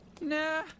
Nah